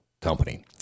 Company